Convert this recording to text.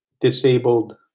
disabled